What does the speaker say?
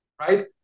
right